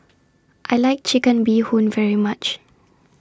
I like Chicken Bee Hoon very much